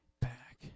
Back